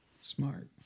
Smart